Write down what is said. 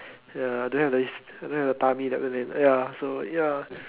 ya don't have the don't have the tummy ya so ya